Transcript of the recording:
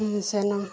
ସେନ